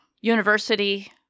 university